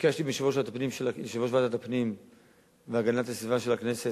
ביקשתי מיושב-ראש ועדת הפנים והגנת הסביבה של הכנסת,